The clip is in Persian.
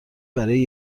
برای